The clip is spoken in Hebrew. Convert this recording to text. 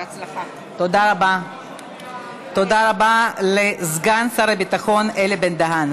תודה רבה לסגן שר הביטחון אלי בן-דהן.